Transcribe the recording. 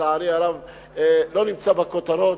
שלצערי הרב לא נמצא בכותרות,